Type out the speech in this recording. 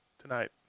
tonight